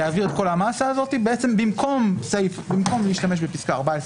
להעביר את כל המסה הזאת במקום להשתמש בפסקה 14